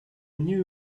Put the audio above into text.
new